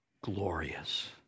glorious